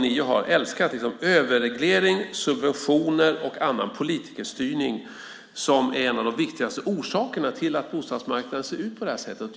Ni har älskat överreglering, subventioner och annan politikerstyrning. Det är en av de viktigaste orsakerna till att bostadsmarknaden ser ut på det här sättet.